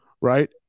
right